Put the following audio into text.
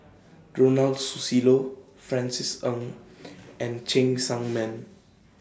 Ronald Susilo Francis Ng and Cheng Tsang Man